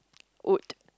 wood